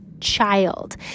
child